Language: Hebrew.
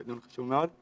זה דיון חשוב מאוד.